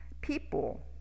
people